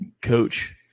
coach